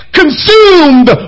consumed